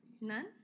None